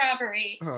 robbery